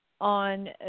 on